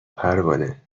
پروانه